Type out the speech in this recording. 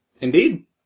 Indeed